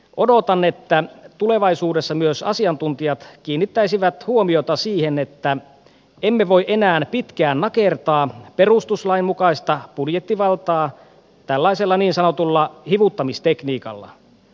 odotan että tulevaisuudessa myös asiantuntijat kiinnittäisivät huomiota siihen että emme voi enää pitkään nakertaa perustuslain mukaista budjettivaltaa tällaisella niin sanotulla hivuttamistekniikalla